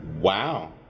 Wow